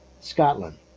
Scotland